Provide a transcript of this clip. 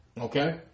Okay